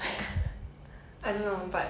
no idea eh